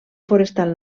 forestal